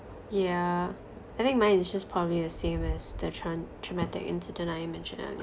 yeah I think mine is just probably the same as the tran~ traumatic incident I mentioned earlier